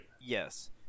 Yes